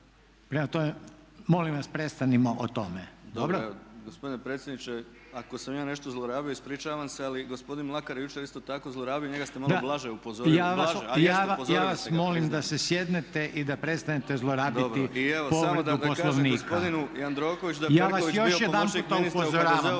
Prema tome, molim vas prestanimo o tome. Dobro? **Bauk, Arsen (SDP)** Gospodine predsjedniče ako sam ja nešto zlorabio ispričavam se, ali gospodin Mlakar je jučer isto tako zlorabio i njega ste malo blaže upozorili. **Reiner, Željko (HDZ)** A ja vas molim da se sjednete i da prestanete zlorabiti povredu Poslovnika. **Bauk, Arsen (SDP)** Samo